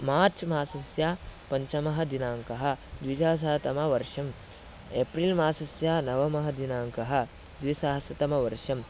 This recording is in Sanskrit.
मार्च् मासस्य पञ्चमः दिनाङ्कः द्विसहस्रतमवर्षम् एप्रिल् मासस्य नवमः दिनाङ्कः द्विसहस्रतमवर्षम्